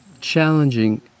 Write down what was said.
challenging